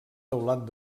teulat